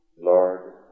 Lord